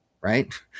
right